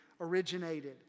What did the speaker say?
originated